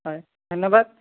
হয় ধন্যবাদ